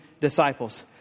disciples